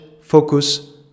focus